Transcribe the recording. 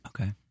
Okay